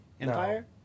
Empire